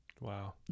Wow